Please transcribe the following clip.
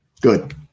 Good